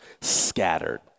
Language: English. scattered